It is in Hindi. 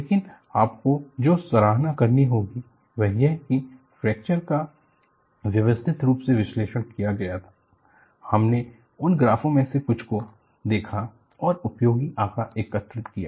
लेकिन आपको जो सराहना करनी होगी वह यह है कि फ्रैक्चर का व्यवस्थित रूप से विश्लेषण किया गया था हमने उन ग्राफो में से कुछ को देखा और उपयोगी आंकड़ा एकत्र किया